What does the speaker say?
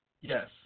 Yes